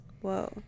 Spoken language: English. Whoa